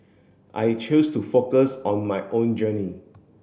I choose to focus on my own journey